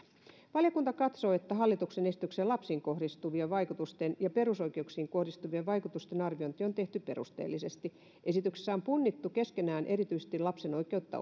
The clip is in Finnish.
valiokunta katsoo että hallituksen esityksessä lapsiin kohdistuvien vaikutusten ja perusoikeuksiin kohdistuvien vaikutusten arviointi on tehty perusteellisesti esityksessä on punnittu keskenään erityisesti lapsen oikeutta